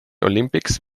olympics